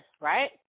right